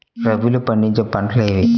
రబీలో పండించే పంటలు ఏవి?